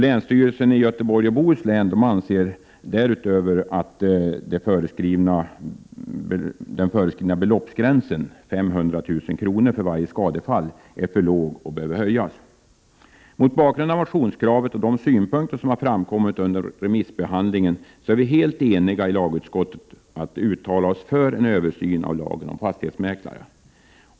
Länsstyrelsen i Göteborgs och Bohus län anser därutöver att den föreskrivna beloppsgränsen, 500 000 kr. för varje skadefall, är för låg och behöver höjas. Mot bakgrund av motionskravet och de synpunkter som har framkommit under remissbehandlingen är vi i lagutskottet helt eniga om att uttala oss för en översyn av lagen om fastighetsmäklare.